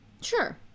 sure